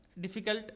difficult